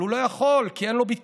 אבל הוא לא יכול, כי אין לו ביטוח.